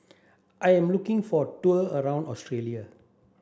I am looking for a tour around Australia